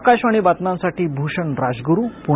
आकाशवाणी बातम्यांसाठी भ्षण राजगुरू पुणे